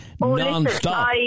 non-stop